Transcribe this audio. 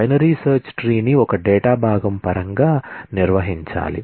binary search ట్రీని ఒక data భాగం పరంగా నిర్వహించాలి